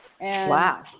Wow